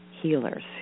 healers